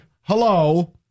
hello